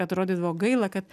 atrodydavo gaila kad